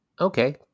Okay